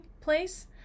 place